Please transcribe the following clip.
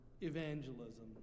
evangelism